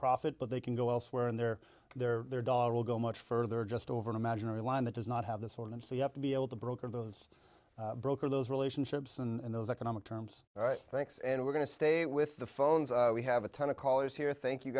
profit but they can go elsewhere and their their their dollar will go much further just over an imaginary line that does not have this on them so you have to be able to broker the broker those relationships and those economic terms thanks and we're going to stay with the phones we have a ton of callers here thank you